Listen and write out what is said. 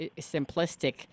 simplistic